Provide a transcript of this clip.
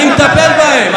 אני, אני מטפל בהם.